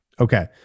Okay